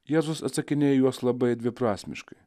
jėzus atsakinėjo į juos labai dviprasmiškai